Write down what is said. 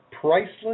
priceless